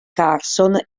carson